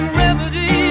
remedy